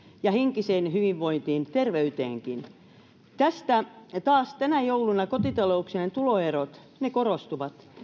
ja henkiseen hyvinvointiin terveyteenkin taas tänä jouluna kotitalouksien tuloerot korostuvat